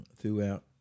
throughout